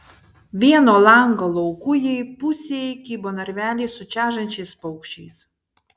vieno lango laukujėj pusėj kybo narveliai su čežančiais paukščiais